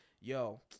yo